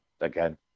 again